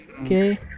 okay